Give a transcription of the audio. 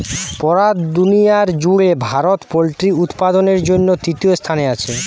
পুরা দুনিয়ার জুড়ে ভারত পোল্ট্রি উৎপাদনের জন্যে তৃতীয় স্থানে আছে